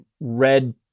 red